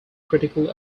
critical